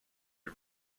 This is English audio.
the